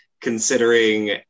considering